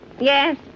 Yes